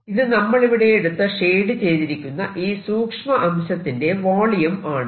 ഇത് നമ്മളിവിടെ എടുത്ത ഷെയിഡ് ചെയ്തിരിക്കുന്ന ഈ സൂക്ഷ്മ അംശത്തിന്റെ വോളിയം ആണ്